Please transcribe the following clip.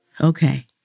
Okay